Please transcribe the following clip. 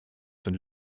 sind